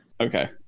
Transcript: Okay